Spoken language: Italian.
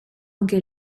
anche